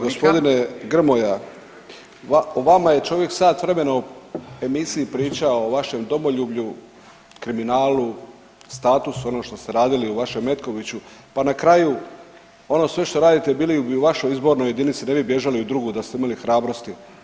239., gospodine Grmoja o vama je čovjek sat vremena u emisiji pričao o vašem domoljublju, kriminalu, statusu, onom što ste radili u vašem Metkoviću, pa na kraju ono što sve radite bili bi u vašoj izbornoj jedinici ne bi bježali u drugu da ste imali hrabrosti.